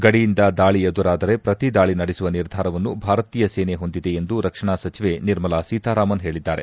ಗಡಿಯಿಂದ ದಾಳ ಎದುರಾದರೆ ಪ್ರತಿ ದಾಳಿ ನಡೆಸುವ ನಿರ್ಧಾರವನ್ನು ಭಾರತೀಯ ಸೇನೆ ಹೊಂದಿದೆ ಎಂದು ರಕ್ಷಣಾ ಸಚವೆ ನಿರ್ಮಲಾ ಸೀತಾರಾಮನ್ ಹೇಳಿದ್ದಾರೆ